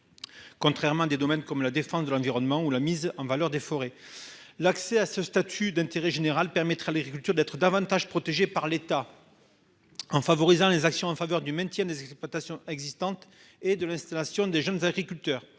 Contrairement, des domaines comme la défense de l'environnement ou la mise en valeur des forêts. L'accès à ce statut d'intérêt général permettra les ruptures d'être davantage protégés par l'État. En favorisant les actions en faveur du maintien des exploitations existantes et de l'installation des jeunes agriculteurs.